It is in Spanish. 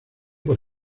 por